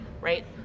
right